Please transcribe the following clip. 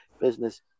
Business